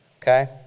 Okay